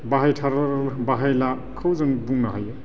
बाहायलाखौ जों बुंनो हायो